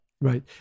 Right